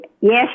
Yes